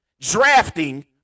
drafting